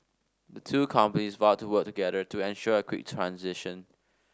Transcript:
the two companies vowed to work together to ensure a quick transition